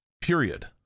period